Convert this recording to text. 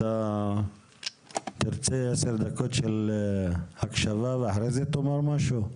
אתה תרצה עשר דקות של הקשבה ואחרי זה תאמר משהו?